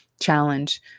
challenge